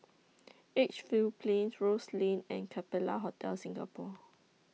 Edgefield Plains Rose Lane and Capella Hotel Singapore